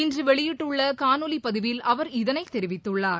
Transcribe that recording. இன்று வெளியிட்டுள்ள காணொலி பதிவில் அவர் இதனை தெரிவித்துள்ளார்